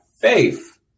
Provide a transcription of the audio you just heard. faith